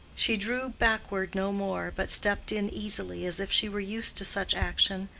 she drew backward no more, but stepped in easily, as if she were used to such action,